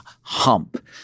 hump